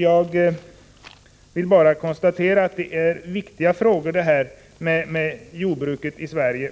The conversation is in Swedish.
Jag vill bara konstatera att frågorna om jordbruket i Sverige